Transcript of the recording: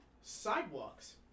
Sidewalks